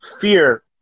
fear